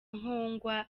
nkongwa